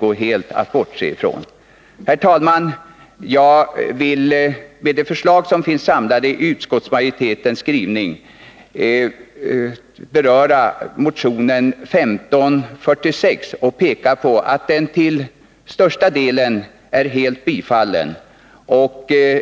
går att helt bortse från det argumentet. Herr talman! När det gäller de förslag som finns samlade i utskottsmajoritetens skrivning vill jag i fråga om motion 1546 avslutningsvis peka på att denna till största delen är tillstyrkt.